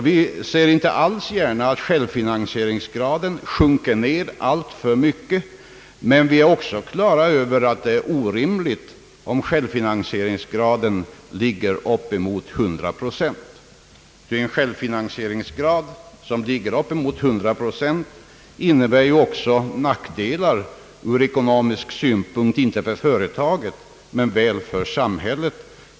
Vi ser inte alls gärna att självfinansieringsgraden «sjunker alltför mycket, men vi är också på det klara med att det är orimligt att självfinansieringsgraden går upp emot 100 procent. Ty en självfinansieringsgrad som ligger vid 100 procent innebär också nackdelar ur ekonomisk synpunkt — inte för företaget, men väl för samhället.